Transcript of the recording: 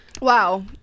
Wow